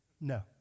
No